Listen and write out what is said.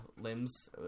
limbs